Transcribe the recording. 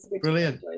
brilliant